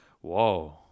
Whoa